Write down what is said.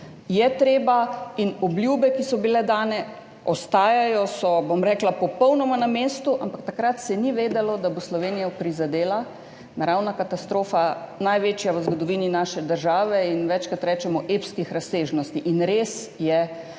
je treba. Obljube, ki so bile dane, ostajajo, so, bom rekla, popolnoma na mestu, ampak takrat se ni vedelo, da bo Slovenijo prizadela naravna katastrofa, največja v zgodovini naše države in, večkrat rečemo, epskih razsežnosti. In res je